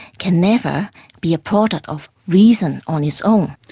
can never be a product of reason on its own.